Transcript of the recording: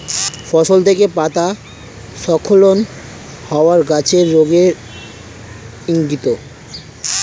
ফসল থেকে পাতা স্খলন হওয়া গাছের রোগের ইংগিত